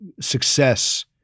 success